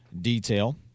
detail